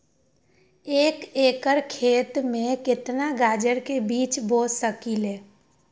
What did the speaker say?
एक एकर खेत में केतना गाजर के बीज बो सकीं ले?